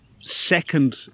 second